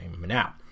now